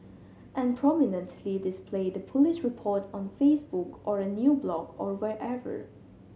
and prominently display the police report on Facebook or a new blog or wherever